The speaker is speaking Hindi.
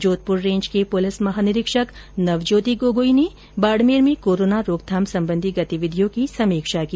जोधपुर रेंज के पुलिस महानिरीक्षक नवज्योति गोगोई ने बाड़मेर में कोरोना रोकथाम संबंधी गतिविधियों की समीक्षा की